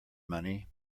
money